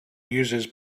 uses